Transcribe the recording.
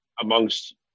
amongst